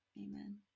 Amen